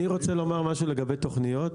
אני רוצה לומר משהו לגבי תכניות.